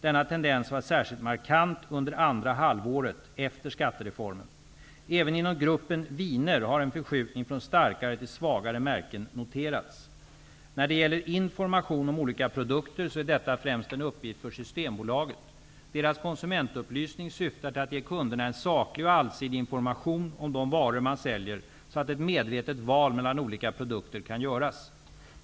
Denna tendens var särskilt markant under andra halvåret, efter skattereformen. Även inom gruppen viner har en förskjutning från starkare till svagare märken noterats. När det gäller information om olika produkter så är detta främst en uppgift för Systembolaget. Systembolagets konsumentupplysning syftar till att ge kunderna en saklig och allsidig information om de varor man säljer, så att ett medvetet val mellan olika produkter kan göras.